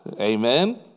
Amen